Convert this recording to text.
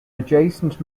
adjacent